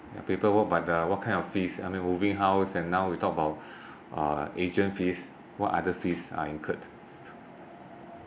paperwork but the what kind of fees I mean moving house and now we talk about uh agent fees what other fees are incurred